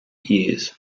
years